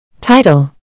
Title